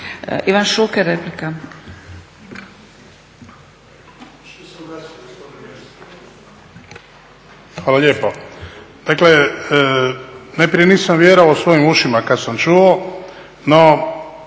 Ivan (HDZ)** Hvala lijepo. Dakle najprije nisam vjerovao svojim ušima kad sam čuo, no